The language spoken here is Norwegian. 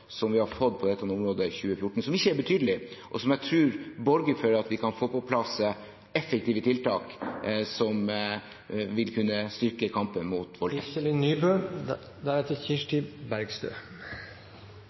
som vi har fått på dette området siden 2014, som ikke er ubetydelig, og som jeg tror borger for at vi kan få på plass effektive tiltak som vil kunne styrke kampen mot